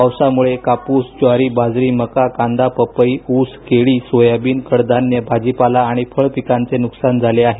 पावसामुळे कापूस ज्वारी बाजरी मका कांदा पपई ऊस केळी सोयाबीन कडधान्य भाजीपाला आणि फळपिकांचे नुकसान झाले आहे